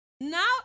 Now